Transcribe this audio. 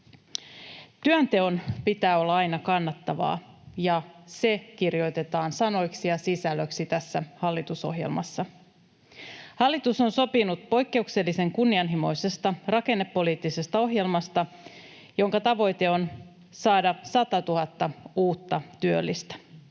Työnteon pitää olla aina kannattavaa, ja se kirjoitetaan sanoiksi ja sisällöksi tässä hallitusohjelmassa. Hallitus on sopinut poikkeuksellisen kunnianhimoisesta rakennepoliittisesta ohjelmasta, jonka tavoite on saada 100 000 uutta työllistä.